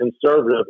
conservative